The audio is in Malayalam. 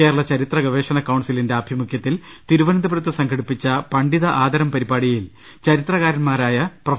കേരള ചരിത്രഗവേഷണ കൌൺസിലിന്റെ ആഭിമുഖൃത്തിൽ തിരുവനന്തപുരത്ത് സംഘടിപ്പിച്ച പണ്ഡിത ആദരം പരിപാടിയിൽ ചരിത്രകാരൻമാരായ പ്രൊഫ